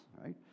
right